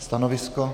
Stanovisko?